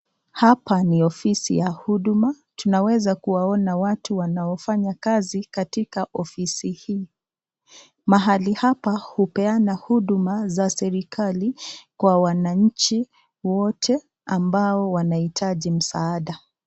Hapa ni ofisi ya huduma tunaweza kuwaona watu wanaofanya kazi katika ofisi hii . Mahali hapa hupeana huduma za serekali kwa wananchi wote ambao wanahitaji msaada.